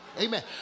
Amen